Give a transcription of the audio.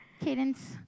Cadence